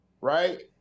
right